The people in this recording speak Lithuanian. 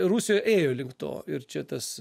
rusija ėjo link to ir čia tas